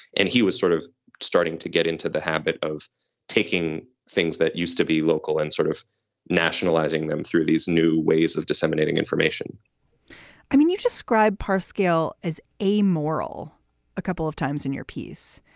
and he was sort of starting to get into the habit of taking things that used to be local and sort of nationalizing them through these new ways of disseminating information i mean, you just pa skill as a moral a couple of times in your piece.